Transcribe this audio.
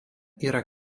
yra